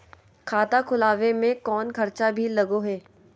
खाता खोलावे में कौनो खर्चा भी लगो है?